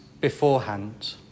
beforehand